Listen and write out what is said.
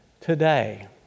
today